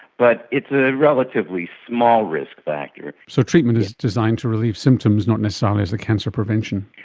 but it's a relatively small risk factor. so treatment is designed to relieve symptoms, not necessarily as a cancer prevention.